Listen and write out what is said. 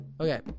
Okay